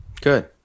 Good